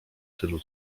tylu